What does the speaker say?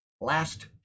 last